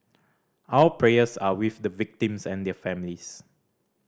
our prayers are with the victims and their families